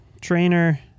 trainer